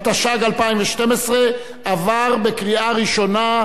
התשע"ג 2012. נא להצביע בקריאה ראשונה.